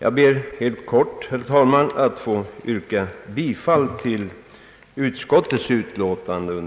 Jag ber att få yrka bifall till utskottets hemställan.